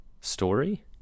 story